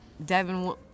Devin